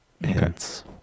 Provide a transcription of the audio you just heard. hints